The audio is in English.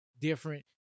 different